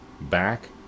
back